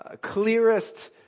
clearest